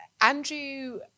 Andrew